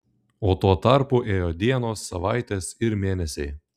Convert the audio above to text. o tuo tarpu ėjo dienos savaitės ir mėnesiai